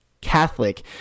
Catholic